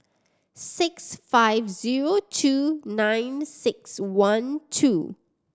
six five zero two nine six one two